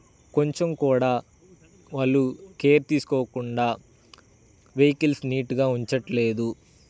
కొంచెం కూడా వాళ్ళు కేర్ తీసుకోకుండా వేకిల్స్ నీట్గా ఉంచట్లేదు